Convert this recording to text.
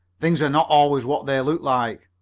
things are not always what they look like,